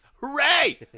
Hooray